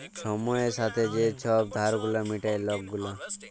ছময়ের ছাথে যে ছব ধার গুলা মিটায় লক গুলা